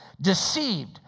Deceived